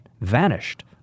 vanished